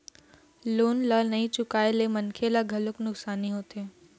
loan ल नइ चुकाए ले मनखे ल घलोक नुकसानी होथे